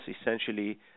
essentially